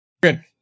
good